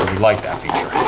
like that feature.